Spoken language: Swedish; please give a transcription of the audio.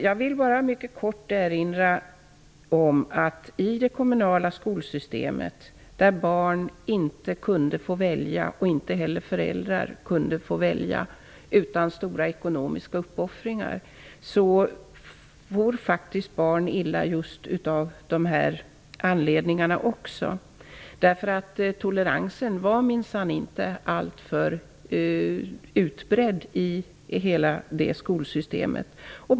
Jag vill kort erinra om att barn for illa i det kommunala skolsystemet där barn och föräldrar inte kunde välja själva utan stora ekonomiska uppoffringar. Toleransen var minsann inte alltför utbredd i hela det skolsystemet.